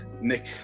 Nick